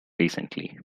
recently